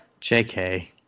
JK